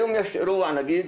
היום יש אירוע נגיד,